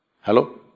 Hello